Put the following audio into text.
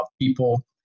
people